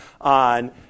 on